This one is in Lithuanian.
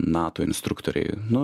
nato instruktoriai nu